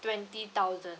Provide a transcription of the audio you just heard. twenty thousand